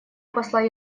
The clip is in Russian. посла